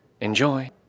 Enjoy